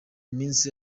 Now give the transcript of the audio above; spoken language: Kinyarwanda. minsi